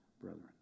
brethren